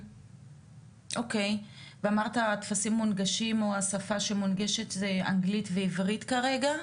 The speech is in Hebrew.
ואמרת שהטפסים מונגשים בעברית ואנגלית כרגע?